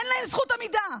אין להם זכות עמידה.